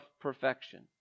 perfection